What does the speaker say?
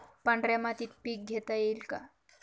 पांढऱ्या मातीत पीक घेता येईल का?